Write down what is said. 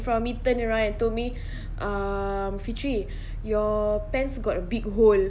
front of me turnaround and told me um fitri your pants got a big hole